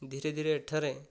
ଧୀରେ ଧୀରେ ଏଠାରେ